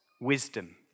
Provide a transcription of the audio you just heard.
wisdom